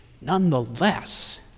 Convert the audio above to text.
Nonetheless